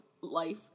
life